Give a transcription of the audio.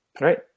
right